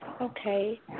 Okay